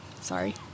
Sorry